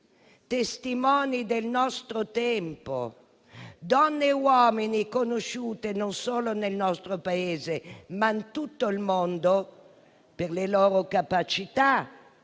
testimoni del nostro tempo, donne e uomini conosciuti, non solo nel nostro Paese, ma in tutto il mondo, per le loro capacità